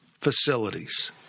facilities